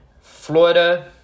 Florida